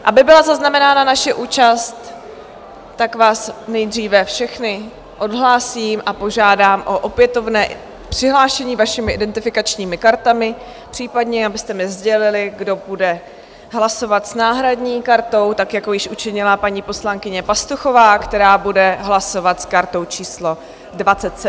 Aby byla zaznamenána naše účast, tak vás nejdříve všechny odhlásím a požádám o opětovné přihlášení vašimi identifikačními kartami, případně abyste mi sdělili, kdo bude hlasovat s náhradní kartou, tak jako již učinila paní poslankyně Pastuchová, která bude hlasovat s kartou číslo 27.